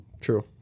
True